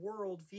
worldview